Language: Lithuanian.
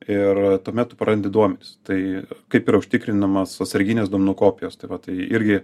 ir tuomet tu prarandi duomenis tai kaip yra užtikrinamos atsarginės duomenų kopijos tai va tai irgi